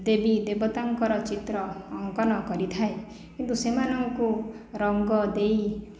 ଦେବୀ ଦେବତାଙ୍କର ଚିତ୍ର ଅଙ୍କନ କରିଥାଏ କିନ୍ତୁ ସେମାନଙ୍କୁ ରଙ୍ଗ ଦେଇ